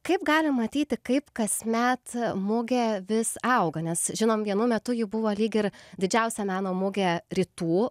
kaip galime matyti kaip kasmet mugė vis auga nes žinome vienų metu ji buvo lyg ir didžiausia meno mugė rytų